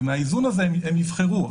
ומהאיזון הזה הם יבחרו.